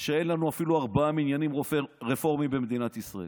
שאין לנו אפילו ארבעה מניינים רפורמיים במדינת ישראל.